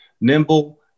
nimble